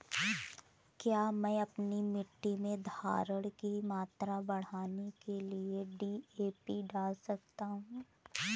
क्या मैं अपनी मिट्टी में धारण की मात्रा बढ़ाने के लिए डी.ए.पी डाल सकता हूँ?